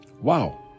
Wow